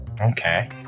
Okay